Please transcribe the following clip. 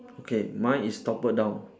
okay mine is toppled down